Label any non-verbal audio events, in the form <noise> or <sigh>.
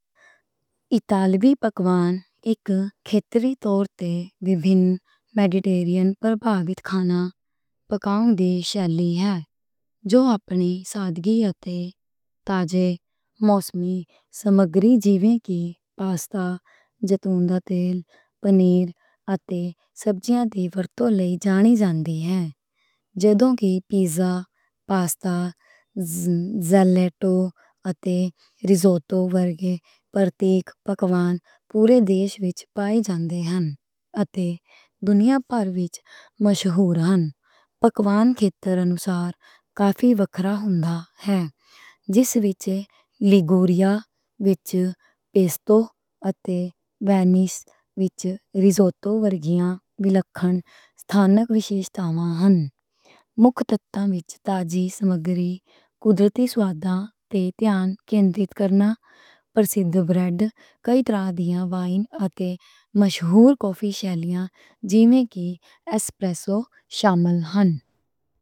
اطالوی پکوان اک کھیتری طور تے میڈیٹیرین پربھاوت کھانا پکاؤن دی شےلی ہے۔ جو اپنی سادگی اتے تازے موسمی سمگری جیویں کہ پاستا، زیتون دا تیل، پنیر اتے سبزیاں دی ورتوں لئی جانی جاندی ہے۔ جدوں کہ پیزا، پاستا، جیلاٹو <hesitation> اتے ریزوٹو ورگے پرتیک پکوان پورے دیش وچ پائے جاندے ہن اتے دنیا پر وچ مشہور ہن۔ پکوان خطہ انوسار کافی وکھرا ہوندا ہے جس وچ لیگوریا وچ پیستو اتے وینس وچ ریزوٹو ورگیاں وکھریاں ستھانک وِشیشتاں ہن۔ مکھ تتّان وچ تازہ سمگری، قدرتی سواڈاں تے دھیان کندرت کرنا، پرسد بریڈ، کئی طرح دیاں وائن اتے مشہور کافی شیلیاں جیویں کہ ایسپریسو شامل ہن۔